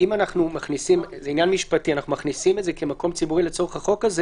אנחנו מכניסים את זה כמקום ציבורי לצורך החוק הזה